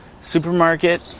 supermarket